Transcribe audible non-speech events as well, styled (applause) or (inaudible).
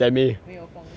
没有风 (noise)